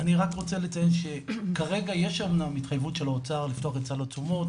אני רק רוצה לציין שכרגע יש אמנם התחייבות של האוצר לפתוח את סל התשומות